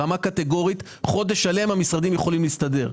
ברמה קטגורית במשך חודש שלם המשרדים יכולים להסתדר,